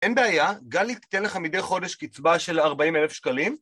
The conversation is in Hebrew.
אין בעיה, גלי תתן לך מדי חודש קצבה של 40,000 שקלים.